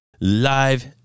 live